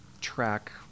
track